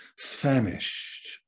famished